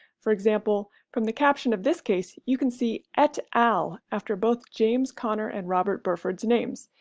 for example, from the caption of this case, you can see et al. after both james conner and robert burford's names,